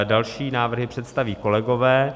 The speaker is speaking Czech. Další návrhy představí kolegové.